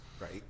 right